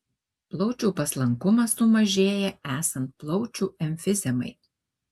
plaučių paslankumas sumažėja esant plaučių emfizemai